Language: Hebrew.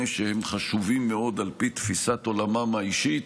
שהם חשובים מאוד על פי תפיסת עולמם האישית